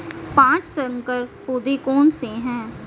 पाँच संकर पौधे कौन से हैं?